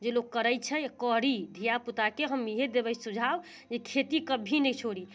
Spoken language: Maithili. जे लोक करै छै करी धियापुताके हम इएहे देबै सुझाव जे खेती कभी नहि छोड़ी